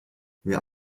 wir